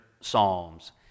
psalms